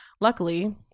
Luckily